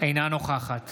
אינה נוכחת